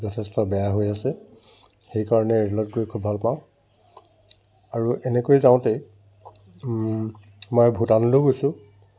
যথেষ্ট বেয়া হৈ আছে সেইকাৰণে ৰে'লত গৈ খুব ভাল পাওঁ আৰু এনেকৈ যাওঁতেই মই ভূটানলৈও গৈছোঁ